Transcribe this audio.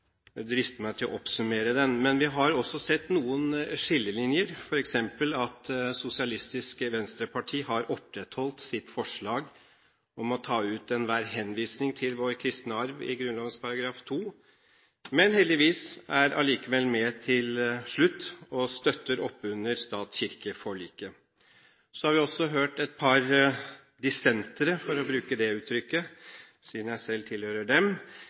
meg til å oppsummere den. Vi har også sett noen skillelinjer, f.eks. at Sosialistisk Venstreparti har opprettholdt sitt forslag om å ta ut enhver henvisning til vår kristne arv i Grunnloven § 2, men heldigvis er de allikevel med til slutt og støtter oppunder stat–kirke-forliket. Så har vi også hørt et par dissentere – for å bruke det uttrykket, siden jeg selv tilhører dem,